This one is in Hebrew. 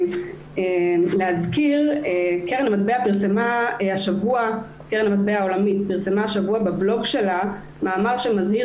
אני רוצה להזכיר שקרן המטבע העולמית פרסמה השבוע בבלוג שלה מאמר שמזהיר